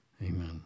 Amen